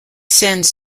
sends